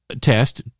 test